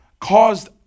caused